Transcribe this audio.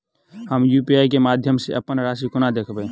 हम यु.पी.आई केँ माध्यम सँ अप्पन राशि कोना देखबै?